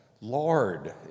Lord